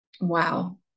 wow